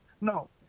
No